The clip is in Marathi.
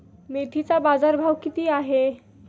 मेथीचा बाजारभाव किती आहे?